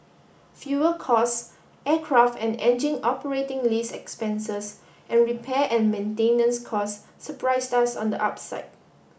fuel cost aircraft and engine operating lease expenses and repair and maintenance costs surprised us on the upside